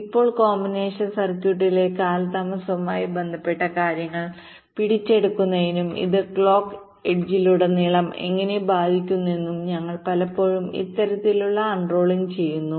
ഇപ്പോൾ കോമ്പിനേഷണൽ സർക്യൂട്ടുകളിലെ കാലതാമസവുമായി ബന്ധപ്പെട്ട കാര്യങ്ങൾ പിടിച്ചെടുക്കുന്നതിനും ഇത് ക്ലോക്ക് എഡ്ജിലുടനീളം എങ്ങനെ ബാധിക്കാമെന്നും ഞങ്ങൾ പലപ്പോഴും ഇത്തരത്തിലുള്ള അൺറോളിംഗ് ചെയ്യുന്നു